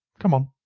come on!